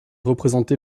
représentée